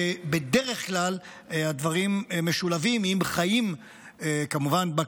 ובדרך כלל הדברים משולבים עם חיים בכפר,